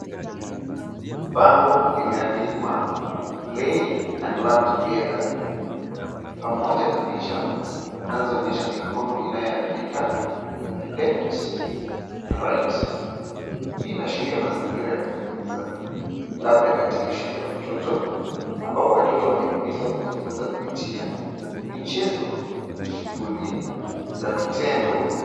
Bango imeandikwa play and learn together . Pamoja na picha zinazoonyesha mikono inayoandika left na right . Hii inaashiria mazingira ya kujifunza labda katika shule ya watoto ambapo watoto wanahimizwa kujifunza kupitia michezo na shughuli za vitendo.